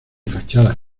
fachadas